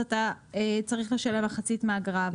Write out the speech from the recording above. אתה צריך לשלם מחצית מהאגרה.